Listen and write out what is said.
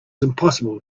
impossible